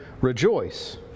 rejoice